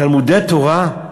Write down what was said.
תלמודי-התורה?